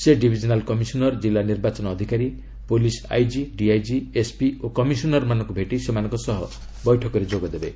ସେ divisional commissioner ଜିଲ୍ଲା ନିର୍ବାଚନ ଅଧିକାରୀ ପୋଲିସ୍ ଆଇଜି ଡିଆଇଜି ଏସ୍ପି ଓ କମିଶନରମାନଙ୍କୁ ଭେଟି ସେମାନଙ୍କ ସହ ବୈଠକରେ ଯୋଗଦେବେ